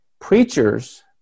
Preachers